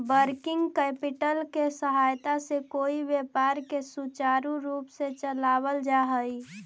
working capital के सहायता से कोई व्यापार के सुचारू रूप से चलावल जा हई